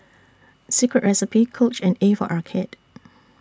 Secret Recipe Coach and A For Arcade